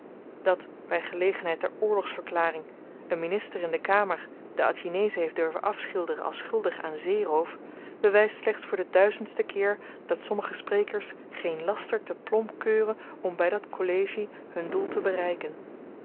dat by gelegenheid der oorlogsverklaring n minister in de kamer de atjinezen heeft durven afschilderen als schuldig aan zeeroof bewyst slechts voor de duizendste keer dat sommige sprekers geen laster te plomp keuren om by dat kollegie hun doel te bereiken